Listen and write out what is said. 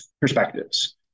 perspectives